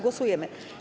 Głosujemy.